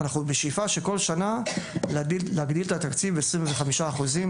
ואנחנו בשאיפה שכל שנה להגדיל את התקציב בעשרים וחמישה אחוזים,